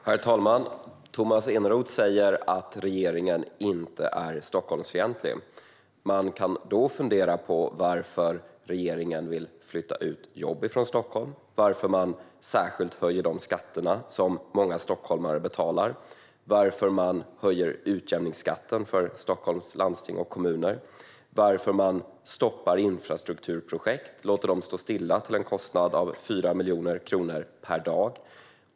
Herr talman! Tomas Eneroth säger att regeringen inte är Stockholmsfientlig. Då går det att fundera på varför regeringen vill flytta ut jobb från Stockholm, varför man särskilt höjer de skatter som många stockholmare betalar, varför man höjer utjämningsskatten för Stockholms landsting och kommuner samt varför man stoppar infrastrukturprojekt och låter dem stå stilla till en kostnad av 4 miljoner kronor per dag.